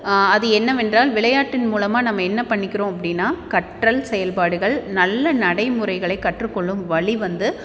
அது என்னவென்றால் விளையாட்டின் மூலமாக நம்ம என்ன பண்ணிக்கிறோம் அப்படின்னா கற்றல் செயல்பாடுகள் நல்ல நடைமுறைகளை கற்றுக்கொள்ளும் வழி வந்து